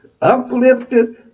uplifted